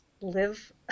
live